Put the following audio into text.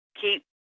keep